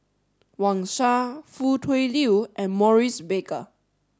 Wang Sha Foo Tui Liew and Maurice Baker